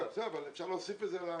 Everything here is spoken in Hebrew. בסדר, אבל אפשר להוסיף את זה לניסוח?